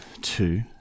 two